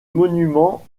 monument